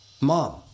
mom